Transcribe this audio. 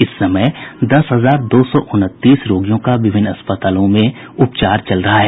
इस समय दस हजार दो सौ उनतीस कोरोना रोगियों का विभिन्न अस्पतालों में इलाज चल रहा है